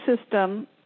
system